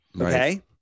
Okay